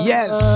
Yes